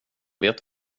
vet